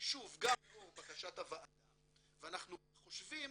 שוב, גם לאור בקשת הוועדה ואנחנו חושבים